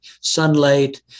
sunlight